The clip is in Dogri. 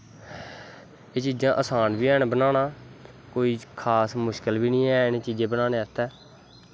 एह् चीजां आसान ते हैन बनाना कोई खास मुश्कल बी नेईं ऐ इ'नें चीजें गी बनाने आस्तै